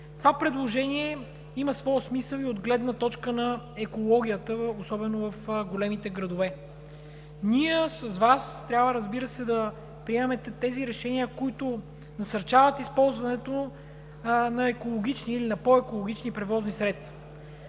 Това предложение има своя смисъл и от гледна точка на екологията, особено в големите градове. Ние с Вас трябва, разбира се, да приемем тези решения, които насърчават използването на екологични или на по-екологични превозни средства.